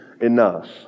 enough